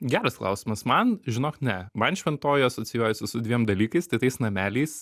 geras klausimas man žinok ne man šventoji asocijuojasi su dviem dalykais tai tais nameliais